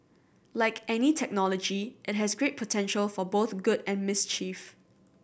like any technology it has great potential for both good and mischief